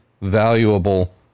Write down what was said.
valuable